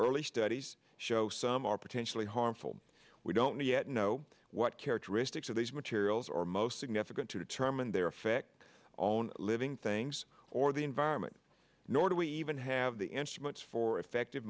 early studies show some are potentially harmful we don't yet know what characteristics of these materials are most significant to determine their effect on living things or the environment nor do we even have the instruments for effective